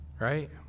right